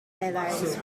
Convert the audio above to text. allies